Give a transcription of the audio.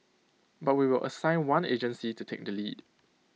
but we will assign one agency to take the lead